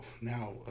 now